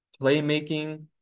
playmaking